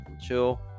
chill